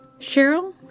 Cheryl